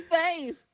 face